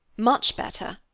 much better,